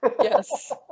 yes